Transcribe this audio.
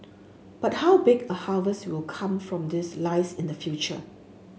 but how big a harvest will come from this lies in the future